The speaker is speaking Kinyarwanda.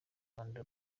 rwanda